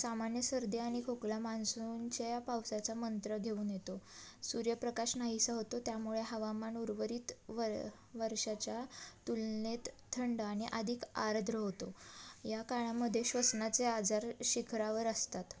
सामान्य सर्दी आणि खोकला मान्सूनच्या पावसाचा मंत्र घेऊन येतो सूर्यप्रकाश नाहीसा होतो त्यामुळे हवामान उर्वरित वर वर्षाच्या तुलनेत थंड आणि अधिक आर्द्र होतो या काळामध्ये श्वसनाचे आजार शिखरावर असतात